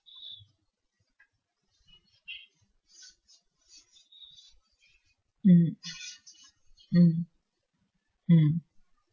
mm mm mm